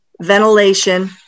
ventilation